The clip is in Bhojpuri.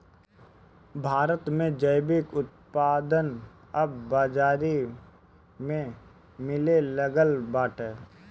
भारत में जैविक उत्पाद अब बाजारी में मिलेलागल बाटे